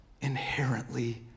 inherently